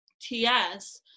TS